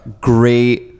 great